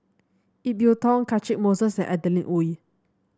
Ip Yiu Tung Catchick Moses and Adeline Ooi